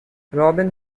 robin